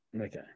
Okay